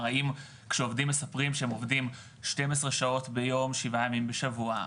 כשעובדים מספרים שהם עובדים שתים עשרה שעות ביום שבעה ימים בשבוע,